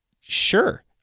sure